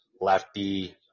Lefty